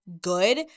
good